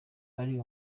ari